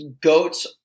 Goats